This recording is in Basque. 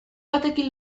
batekin